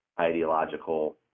ideological